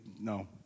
no